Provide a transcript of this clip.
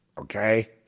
Okay